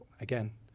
Again